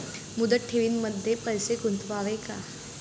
मुदत ठेवींमध्ये पैसे गुंतवावे का?